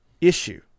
issue